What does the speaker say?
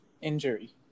injury